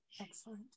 Excellent